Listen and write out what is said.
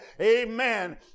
Amen